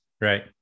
right